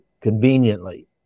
conveniently